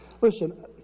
Listen